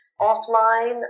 offline